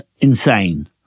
insane